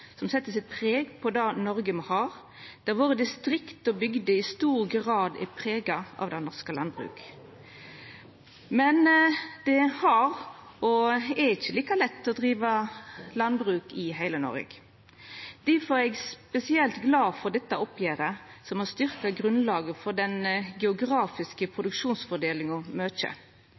Han set sitt preg på det Noreg me har, der våre distrikt og bygder i stor grad er prega av det norske landbruket. Men det har ikkje vore, og er ikkje, like lett å driva landbruk i heile Noreg. Difor er eg spesielt glad for dette oppgjeret, som i stor grad har styrkt grunnlaget for den geografiske produksjonsfordelinga.